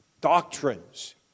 doctrines